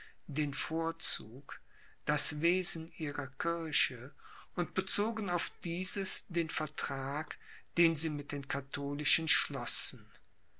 den vorzug das wesen ihrer kirche und bezogen auf dieses den vertrag den sie mit den katholischen schlossen